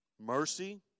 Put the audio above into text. Mercy